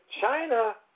China